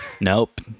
Nope